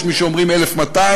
יש מי שאומרים 1,200,